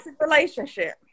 relationship